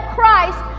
Christ